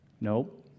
Nope